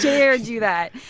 dare do that.